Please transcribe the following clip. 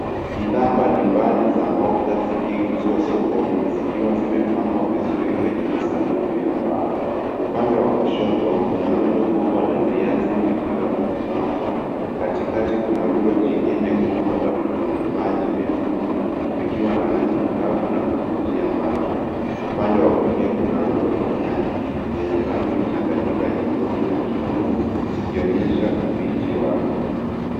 Bidhaa mbalimbali za mboga zikiuzwa sokoni zikiwa zimepangwa vizuri kwenye masanduku ya mbao. Upande wa kushoto kuna rundo kubwa na viazi vikiwa vimepangwa. Katikati kuna rundo jingine kubwa na vitunguu maji vyekundu vikiwa na rangi angavu na kuvutia macho. Upande wa kulia kuna rundo la nyanya zenye rangi mchanganyiko ya nyekundu na chungwa, zikionyesha ubichi wake.